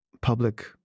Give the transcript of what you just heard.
public